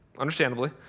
understandably